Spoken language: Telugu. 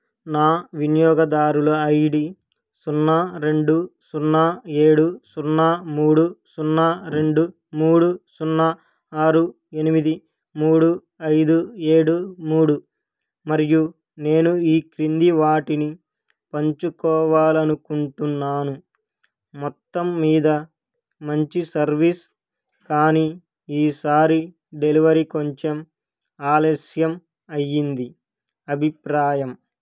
నా వినియోగదారుల ఐ డి సున్నా రెండు సున్నా ఏడు సున్నా మూడు సున్నా రెండు మూడు సున్నా ఆరు ఎనిమిది మూడు ఐదు ఏడు మూడు మరియు నేను ఈ క్రింది వాటిని పంచుకోవాలి అనుకుంటున్నాను మొత్తం మీద మంచి సర్వీస్ కానీ ఈసారి డెలివరీ కొంచెం ఆలస్యం అయింది అభిప్రాయం